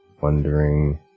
wondering